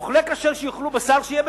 אוכלי כשר שיאכלו בשר שיהיה בזול,